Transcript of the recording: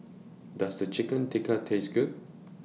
Does Chicken Tikka Taste Good